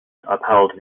upheld